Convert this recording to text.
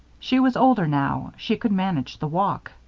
she was older now, she could manage the walk.